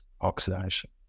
oxidation